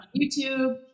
YouTube